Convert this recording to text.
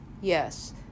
Yes